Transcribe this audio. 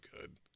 good